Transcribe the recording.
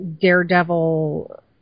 daredevil